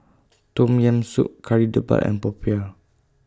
Tom Yam Soup Kari Debal and Popiah